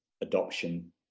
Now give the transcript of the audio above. adoption